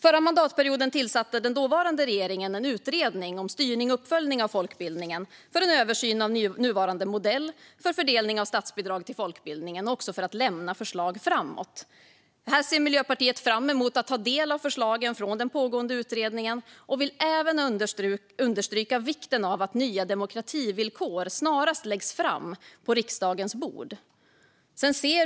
Förra mandatperioden tillsatte den dåvarande regeringen en utredning om styrning och uppföljning av folkbildningen för en översyn av nuvarande modell för fördelning av statsbidrag till folkbildningen. Utredningen ska också lämna förslag inför framtiden. Miljöpartiet ser fram emot att ta del av förslagen från den pågående utredningen. Vi vill även understryka vikten av att nya demokrativillkor snarast läggs fram på riksdagens bord.